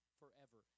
forever